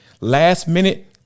Last-minute